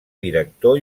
director